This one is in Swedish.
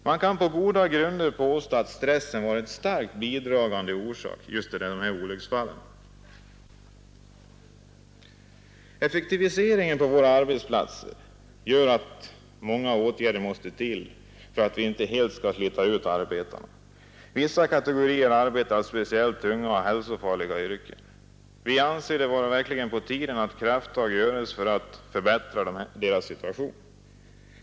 Man kan på goda grunder påstå att stressen varit en starkt bidragande orsak till just dessa olycksfall. Effektiviseringen på våra arbetsplatser gör att många åtgärder måste vidtas om inte arbetarna helt skall slitas ut. Vissa kategorier arbetare har speciellt tunga och hälsofarliga yrken. Vi anser att det verkligen är på tiden att krafttag tas för att förbättra deras situation.